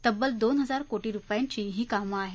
तब्बल दोन हजार कोटी रुपयांची ही कामे आहेत